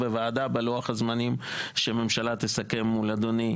בוועדה בלוח הזמנים שהממשלה תסכם מול אדוני,